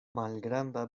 malgranda